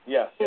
Yes